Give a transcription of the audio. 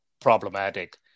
problematic